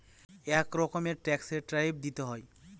এক রকমের ট্যাক্সে ট্যারিফ দিতে হয়